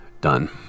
done